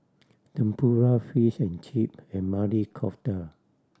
Tempura Fish and Chip and Maili Kofta